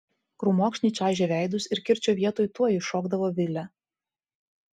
krūmokšniai čaižė veidus ir kirčio vietoj tuoj iššokdavo vilė